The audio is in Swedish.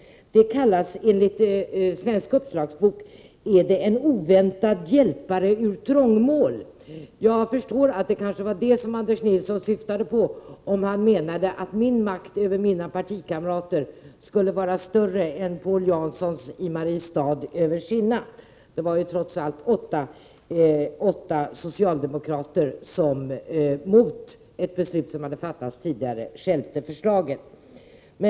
Det är enligt Svensk uppslagsbok en oväntad hjälpare ur trångmål. Jag förstår att det kanske var det som Anders Nilsson syftade på, om han menade att min makt över mina partikamrater skulle vara större än den makt som Paul Jansson i Mariestad har över sina — det var trots allt åtta socialdemokrater som, mot ett beslut som tidigare hade fattats, stjälpte förslaget.